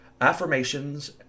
affirmations